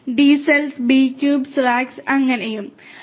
Dcells Bcubes racks അങ്ങനെ ഉം